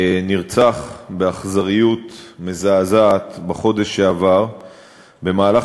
נרצח באכזריות מזעזעת בחודש שעבר במהלך